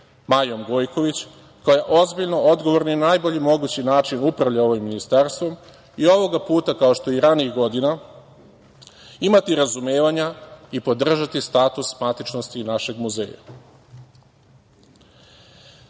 Majom Gojković, koja ozbiljno, odgovorno i na najbolji mogući način upravlja ovim ministarstvom i ovoga puta, kao što je i ranijih godina, imati razumevanja i podržati status matičnosti našeg muzeja. Želeo